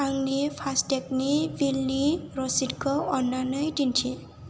आंनि फास्टेगनि बिलनि रसिदखौ अन्नानै दिन्थि